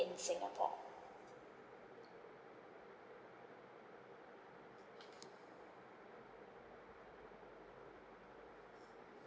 singapore